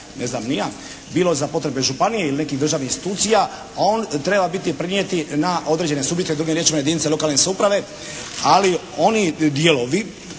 ne znam, bilo za potrebe županije ili nekih državnih institucija on treba biti prinijeti na određene subjekte, drugim riječima jedinice lokalne samouprave. Ali oni dijelovi